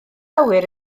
awyr